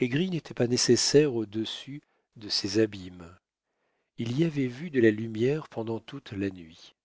les grilles n'étaient pas nécessaires au-dessus de ces abîmes il y avait vu de la lumière pendant toute la nuit